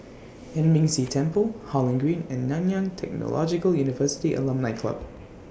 Yuan Ming Si Temple Holland Green and Nanyang Technological University Alumni Club